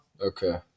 Okay